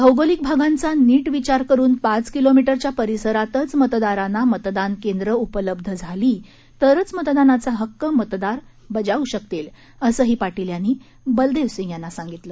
भौगोलिक भागांचा नीट विचार करून पाच किलोमीटरच्या परिसरातच मतदारांना मतदान केंद्र उपलब्ध झाली तरंच मतदानाचा हक्क मतदार बजावू शकतील असंही पाटील यांनी बलदेव सिंग यांना सांगितलं